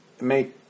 make